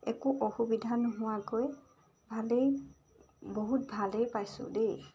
একো অসুবিধা নোহোৱাকৈ ভালেই বহুত ভালেই পাইছোঁ দেই